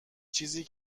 چیزی